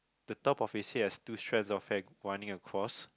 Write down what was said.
the top of his head has two strands of hair running across